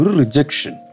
rejection